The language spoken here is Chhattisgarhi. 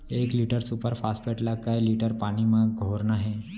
एक लीटर सुपर फास्फेट ला कए लीटर पानी मा घोरना हे?